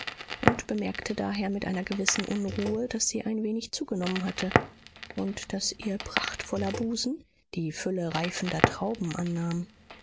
und bemerkte daher mit einer gewissen unruhe daß sie ein wenig zugenommen hatte und daß ihr prachtvoller busen die fülle reifender trauben annahm